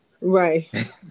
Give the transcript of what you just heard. right